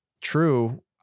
True